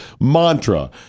mantra